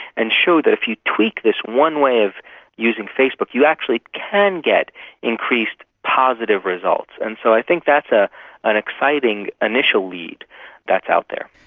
and showed that if you tweak this one way of using facebook you actually can get increased positive results. and so i think that's ah an exciting initial lead that's out there.